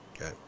Okay